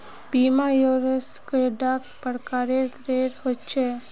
बीमा इंश्योरेंस कैडा प्रकारेर रेर होचे